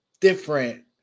different